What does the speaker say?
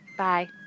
Bye